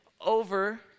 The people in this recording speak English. Over